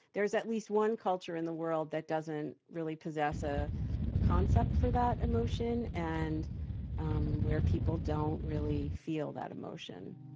there's at least one culture in the world that doesn't really possess a concept for that emotion and um where people don't really feel that emotion